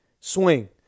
swing